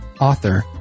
author